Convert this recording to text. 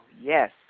yes